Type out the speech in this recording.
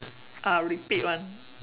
uh repeat [one]